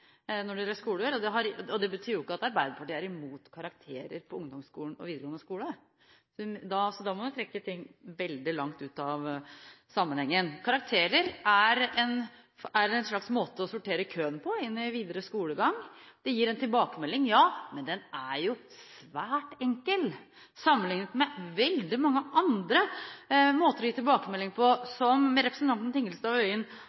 Det betyr ikke at Arbeiderpartiet er imot karakterer på ungdomsskolen og i videregående skole. Da må hun trekke ting veldig ut av sammenhengen. Karakterer er en slags måte å sortere køen på inn i videre skolegang. Det gir en tilbakemelding – ja, men den er jo svært enkel sammenlignet med veldig mange andre måter å gi tilbakemelding på.